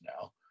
now